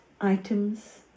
items